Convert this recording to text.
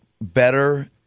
better